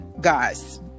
guys